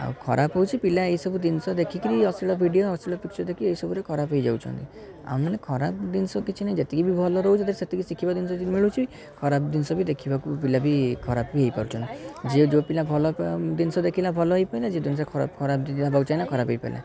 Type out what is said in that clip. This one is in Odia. ଆଉ ଖରାପ ହେଉଛି ପିଲା ଏଇସବୁ ଜିନିଷ ଦେଖିକରି ଅଶ୍ଳୀଳ ଭିଡ଼ିଓ ଅଶ୍ଳୀଳ ପିକ୍ଚର ଦେଖି ଏଇସବୁରେ ଖରାପ ହେଇଯାଉଛନ୍ତି ଆମେମାନେ ଖରାପ ଜିନିଷ କିଛି ନାହିଁ ଯେତିକି ବି ଭଲ ରହୁଛି ସେତିକି ବି ଶିଖିବା ଜିନିଷ କିଛି ମିଳୁଛି ଖରାପ ଜିନିଷ ବି ଦେଖିବାକୁ ପିଲା ବି ଖରାପ ବି ହେଇପାରୁଛନ୍ତି ଯିଏ ଯେଉଁ ପିଲା ଭଲ ଜିନିଷ ଦେଖିଲା ଭଲ ହେଇପାରିଲା ଯିଏ ଜିନିଷ ଖରାପ ଖରାପ ଜିନିଷ ହେବାକୁ ଚାହିଁଲା ଖରାପ ହେଇପାରିଲା